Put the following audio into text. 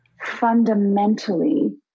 fundamentally